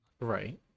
Right